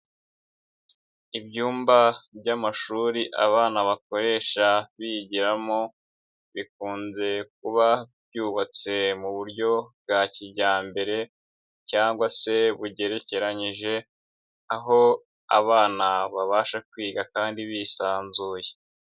Ibyumba by'amashuri abana bakoresha biyigiramo, bikunze kuba byubatse mu buryo bwa kijyambere, cyangwa se bugerekeranyije, aho abana babasha kwiga kandi bisanzuye.